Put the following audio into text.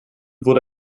wurde